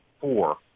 four